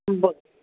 बरं